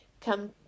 come